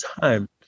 time